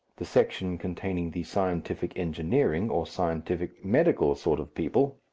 the section containing the scientific engineering or scientific medical sort of people,